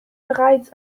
bereits